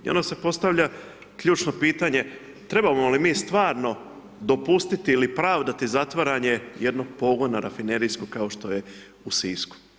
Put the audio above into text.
I onda se postavlja ključno pitanje, trebamo li mi stvarno dopustiti ili pravdati zatvaranje jednog pogona rafinerijskog kao što je u Sisku?